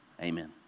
Amen